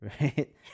right